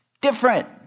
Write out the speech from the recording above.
different